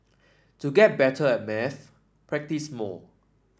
to get better at maths practise more